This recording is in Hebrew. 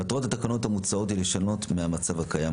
מטרת התקנות המוצעות היא לשנות מהמצב הקיים,